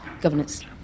governance